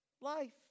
life